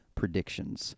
predictions